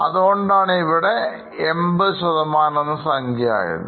അതുകൊണ്ടാണ്ഇവിടെ 80 ശതമാനം എന്ന സംഖ്യ ആയത്